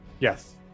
yes